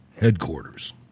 headquarters